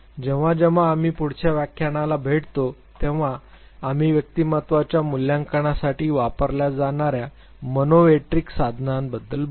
जेव्हा आपन पुढच्या व्याख्यानात भेटू तेव्हा आम्ही व्यक्तिमत्त्वाच्या मूल्यांकनासाठी वापरल्या जाणार्या मनोमेट्रिक साधनांबद्दल बोलू